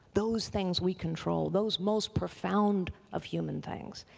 those things we control. those most profound of human things.